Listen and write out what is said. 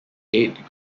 eight